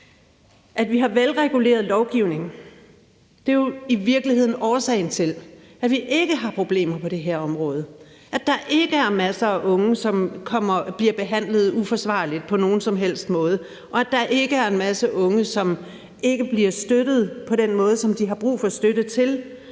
At vi har velreguleret lovgivning er jo i virkeligheden årsagen til, at vi ikke har problemer på det her områder; at der ikke er en masse unge, som bliver behandlet uforsvarligt på nogen som helst måde, og at der ikke er en masse unge, som ikke får støtte til de ting, som de har brug for støtte til.